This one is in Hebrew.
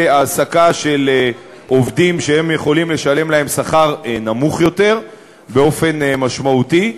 העסקה של עובדים שהם יכולים לשלם להם שכר נמוך יותר באופן משמעותי.